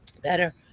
better